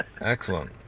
Excellent